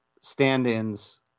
stand-ins